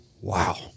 Wow